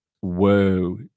Whoa